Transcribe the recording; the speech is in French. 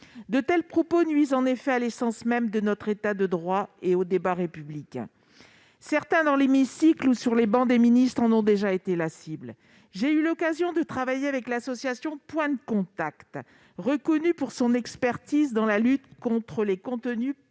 De tels propos nuisent en effet à l'essence même de notre État de droit et au débat républicain. Certains, dans l'hémicycle ou sur les bancs des ministres, en ont déjà été la cible. J'ai eu l'occasion de travailler avec l'association Point de contact, reconnue pour son expertise dans la lutte contre les contenus